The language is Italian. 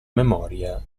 memoria